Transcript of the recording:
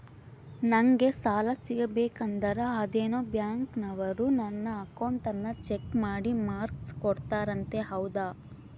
ನಂಗೆ ಸಾಲ ಸಿಗಬೇಕಂದರ ಅದೇನೋ ಬ್ಯಾಂಕನವರು ನನ್ನ ಅಕೌಂಟನ್ನ ಚೆಕ್ ಮಾಡಿ ಮಾರ್ಕ್ಸ್ ಕೊಡ್ತಾರಂತೆ ಹೌದಾ?